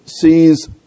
sees